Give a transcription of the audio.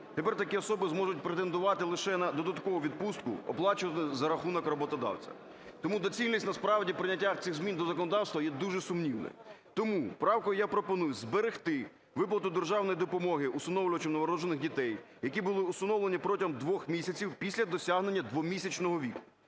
Тепер такі особи зможуть претендувати лише на додаткову відпустку, оплачувану за рахунок роботодавця. Тому доцільність насправді прийняття цих змін до законодавства є дуже сумнівним. Тому правкою я пропоную зберегти виплату державної допомоги усиновлювачам новонароджених дітей, які були усиновлені протягом двох місяців після досягнення двомісячного віку.